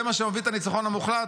זה מה שמביא את הניצחון המוחלט?